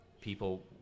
people